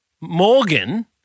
Morgan